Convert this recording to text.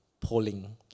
polling